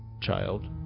child